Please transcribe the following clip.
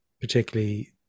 particularly